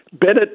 Bennett